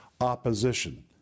opposition